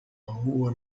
rua